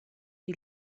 die